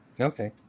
Okay